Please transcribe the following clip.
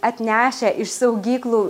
atnešę iš saugyklų